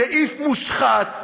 סעיף מושחת,